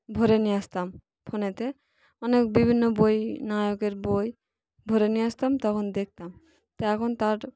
ভরে নিয়ে আসতাম ফোনেতে অনেক বিভিন্ন বই নায়কের বই ভরে নিয়ে আসতাম তখন দেখতাম ত এখন তার